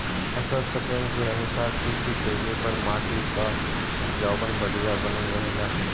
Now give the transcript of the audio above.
फसल चक्र के अनुसार खेती कइले पर माटी कअ उपजाऊपन बढ़िया बनल रहेला